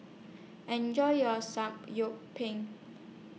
Enjoy your